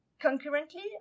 Concurrently